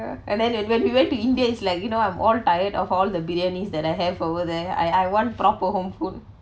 ya and then when when we went to india it's like you know I'm all tired of all the briyani that I have over there I I want proper home food